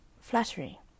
flattery